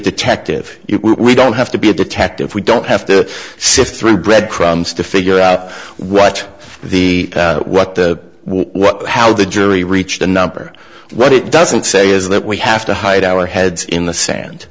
detective we don't have to be a detective we don't have to sift through breadcrumbs to figure out what the what the what how the jury reached a number what it doesn't say is that we have to hide our heads in the sand